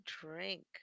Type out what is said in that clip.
drink